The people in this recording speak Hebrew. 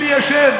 וליישב,